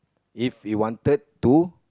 if you wanted to